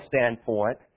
standpoint